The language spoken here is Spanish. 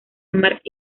mark